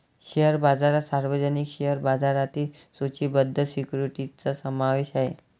share बाजारात सार्वजनिक share बाजारात सूचीबद्ध सिक्युरिटीजचा समावेश आहे